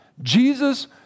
Jesus